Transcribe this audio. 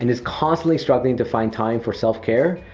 and is constantly struggling to find time for self-care,